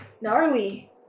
Gnarly